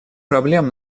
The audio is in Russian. проблем